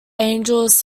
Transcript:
angels